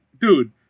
dude